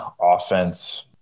offense